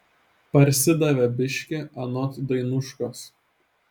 parsidavė biškį anot dainuškos